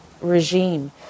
regime